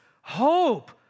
hope